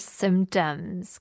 symptoms